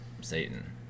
Satan